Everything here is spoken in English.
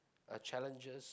uh challenges